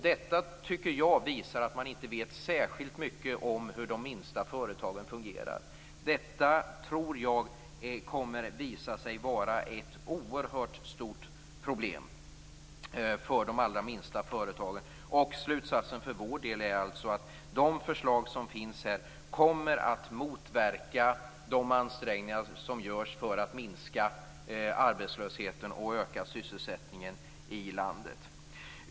Detta tycker jag visar att man inte vet särskilt mycket om hur de minsta företagen fungerar. Detta tror jag kommer att visa sig vara ett oerhört stort problem för de allra minsta företagen. Slutsatsen för vår del är alltså att de förslag som finns här kommer att motverka de ansträngningar som görs för att minska arbetslösheten och öka sysselsättningen i landet.